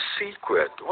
secret